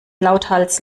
lauthals